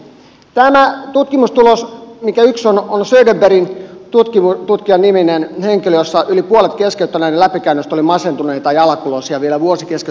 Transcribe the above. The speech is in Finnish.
yksi tutkimustulos on söderberg nimisen tutkijan ja siinä yli puolet keskeyttämisen läpikäyneistä oli masentuneita ja alakuloisia vielä vuosi keskeytyksen jälkeen